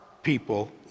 people